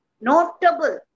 notable